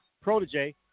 Protege